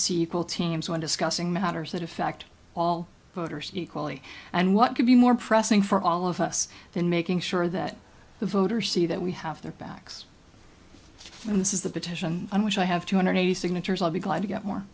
see equal teams when discussing matters that affect all voters equally and what could be more pressing for all of us than making sure that the voters see that we have their backs and this is the petition on which i have two hundred signatures i'll be glad to get more